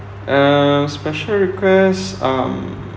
uh special requests um